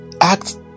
act